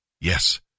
Yes